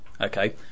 okay